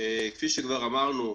כפי שכבר אמרנו,